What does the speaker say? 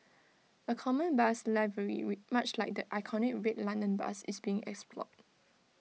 A common bus livery we much like the iconic red London bus is being explored